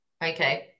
Okay